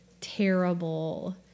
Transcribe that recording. terrible